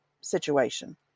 situation